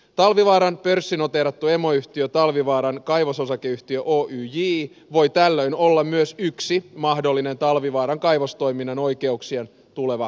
talvivaaran pörssinoteerattu emoyhtiö talvivaaran kaivososakeyhtiö oyj voi tällöin olla myös yksi mahdollinen talvivaaran kaivostoiminnan oikeuksien tuleva omistaja